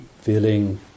Feeling